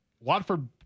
Watford